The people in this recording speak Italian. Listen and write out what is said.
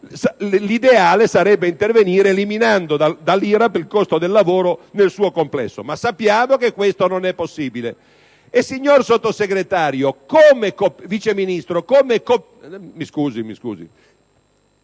l'ideale sarebbe intervenire eliminando dall'IRAP il costo del lavoro nel suo complesso, ma sappiamo che questo non è possibile.